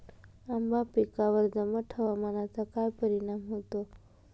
आंबा पिकावर दमट हवामानाचा काय परिणाम होतो?